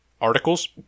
articles